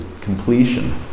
completion